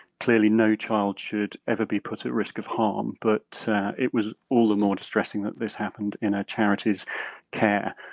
clearly, no child should ever be put at risk of harm, but it was all the more distressing that this happened in a charity's care,